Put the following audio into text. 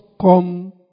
come